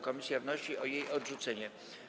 Komisja wnosi o jej odrzucenie.